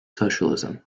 socialism